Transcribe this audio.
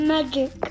Magic